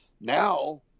Now